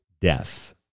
death